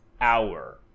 hour